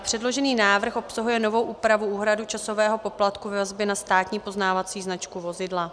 Předložený návrh obsahuje novou úpravu úhrady časového poplatku ve vazbě na státní poznávací značku vozidla.